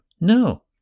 no